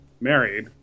married